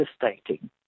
devastating